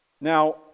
Now